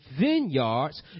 vineyards